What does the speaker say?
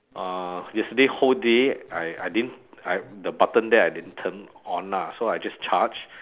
uh yesterday whole day I I didn't I the button there I didn't turn on lah so I just charge